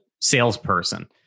salesperson